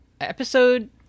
episode